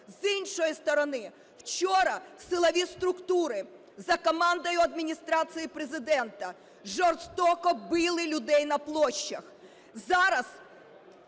З іншої сторони, вчора силові структури за командою Адміністрації Президента жорстоко били людей на площах.